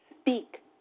speak